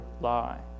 lie